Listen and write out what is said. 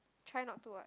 try not to what